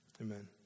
Amen